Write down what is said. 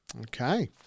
Okay